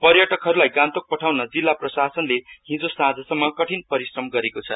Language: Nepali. पर्यटकहरूलाई गान्तोक पठाउन जिल्ला प्रशासनले हिज साँझसम्म कठिन परिश्रम गरेको छ